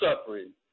suffering